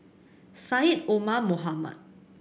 Syed Omar Mohamed